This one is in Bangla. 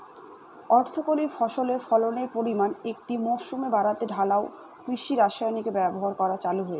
অর্থকরী ফসলের ফলনের পরিমান একটি মরসুমে বাড়াতে ঢালাও কৃষি রাসায়নিকের ব্যবহার করা চালু হয়েছে